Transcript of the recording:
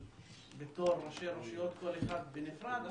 בתור ראשי הרשויות כל אחד בנפרד,